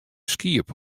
skiep